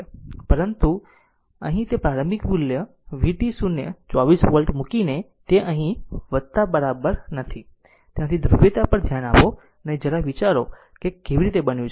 પરંતુ અહીં તે પ્રારંભિક મૂલ્ય v 2 0 24 વોલ્ટ મૂકીને તે અહીં છે બરાબર નથી ત્યાંથી ધ્રુવીયતા પર ધ્યાન આપો અને જરા વિચારો કે તેને આ કેમ બનાવ્યું છે